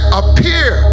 appear